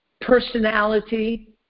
personality